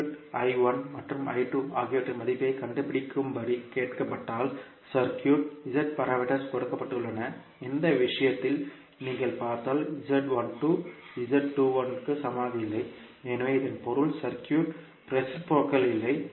circuit மற்றும் ஆகியவற்றின் மதிப்பைக் கண்டுபிடிக்கும்படி கேட்கப்பட்டால் சர்க்யூட் Z பாராமீட்டர்்ஸ் கொடுக்கப்பட்டுள்ளன இந்த விஷயத்தில் நீங்கள் பார்த்தால் க்கு சமமாக இல்லை எனவே இதன் பொருள் சர்க்யூட் ரேசிப்ரோகல் இல்லை